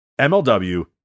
MLW